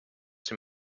dem